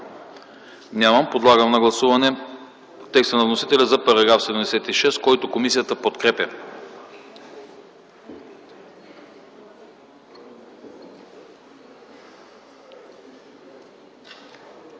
Няма. Подлагам на гласуване текста на вносителя за § 96, който комисията подкрепя.